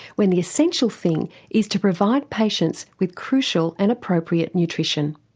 when the essential thing is to provide patients with crucial and appropriate nutrition.